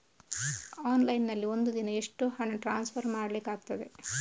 Online ನಲ್ಲಿ ಒಂದು ದಿನ ಎಷ್ಟು ಹಣ ಟ್ರಾನ್ಸ್ಫರ್ ಮಾಡ್ಲಿಕ್ಕಾಗ್ತದೆ?